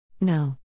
No